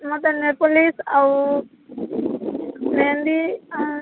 ମୋତେ ନେଲପଲିସ ଆଉ ମେହେନ୍ଦି ଆ